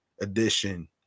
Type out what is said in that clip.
edition